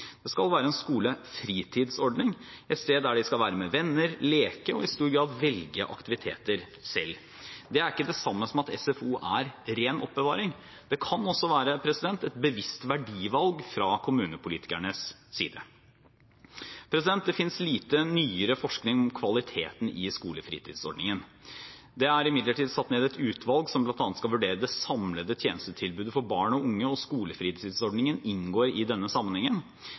Det skal være en skolefritidsordning – et sted der de skal være med venner, leke og i stor grad velge aktiviteter selv. Det er ikke det samme som at SFO er ren oppbevaring. Det kan også være et bevisst verdivalg fra kommunepolitikernes side. Det finnes lite nyere forskning om kvaliteten i skolefritidsordningen. Det er imidlertid satt ned et utvalg som bl.a. skal vurdere det samlede tjenestetilbudet for barn og unge, og skolefritidsordningen inngår i denne sammenhengen.